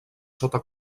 sota